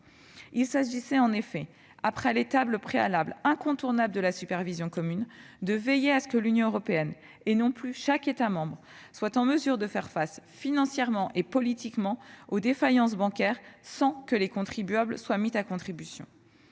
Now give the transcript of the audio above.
Il s'agissait en effet, après l'étape préalable et incontournable de la supervision commune, de veiller à ce que l'Union européenne, et non plus chaque État membre, soit en mesure de faire face financièrement et politiquement aux défaillances bancaires, sans que les contribuables soient mis à contribution.